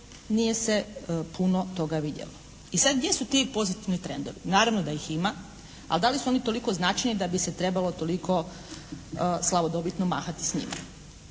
nije se puno toga vidjelo. I sad gdje su ti pozitivni trendovi? Naravno da ih ima, a da li su oni toliko značajni da bi se trebalo toliko slavodobitno mahati s njima?